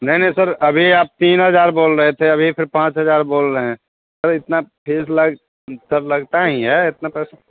नहीं नहीं सर अभी आप तीन हज़ार बोल रहे थे अभी फिर पाँच हज़ार बोल रहें सर इतना फीस लग सर लगता ही है इतना पैसा